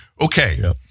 okay